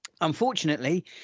Unfortunately